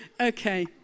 Okay